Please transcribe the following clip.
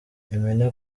impine